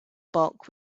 bulk